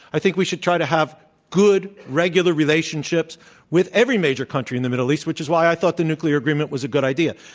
i think we should try to have good, regular relationships with every major country in the middle east, which is why i thought the nuclear agreement was a good idea.